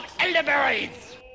elderberries